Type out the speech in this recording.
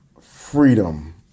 freedom